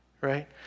right